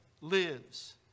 lives